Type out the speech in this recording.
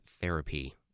therapy